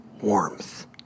warmth